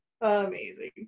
Amazing